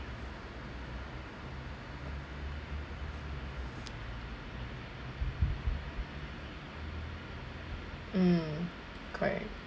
mm correct